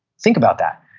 think about that.